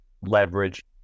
leverage